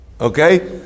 Okay